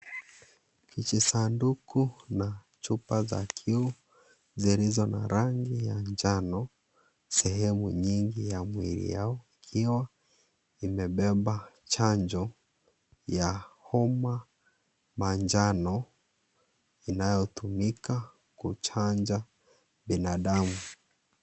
Kijisanduku na chupa za kioo zilizo na rangi ya njano sehemu nyingi ya mwili yao, iyo imebeba chanjo ya homa manjano inayotumika kuchanja binadamu.